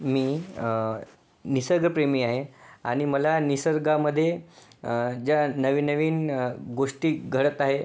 मी निसर्गप्रेमी आहे आणि मला निसर्गामध्ये ज्या नवीन नवीन गोष्टी घडत आहे